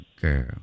girl